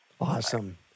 Awesome